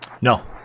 No